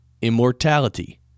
immortality